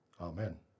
Amen